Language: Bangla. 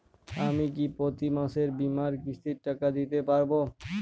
আমি কি প্রতি মাসে বীমার কিস্তির টাকা দিতে পারবো?